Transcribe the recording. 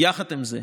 יחד עם זה,